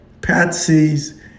Patsies